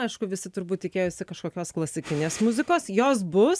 aišku visi turbūt tikėjosi kažkokios klasikinės muzikos jos bus